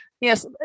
Yes